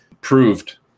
proved